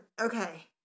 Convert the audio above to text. okay